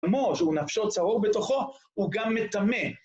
כמו שהוא נפשו צרור בתוכו, הוא גם מטמא